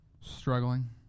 struggling